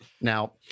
Now